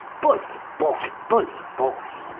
bully boy! bully boy!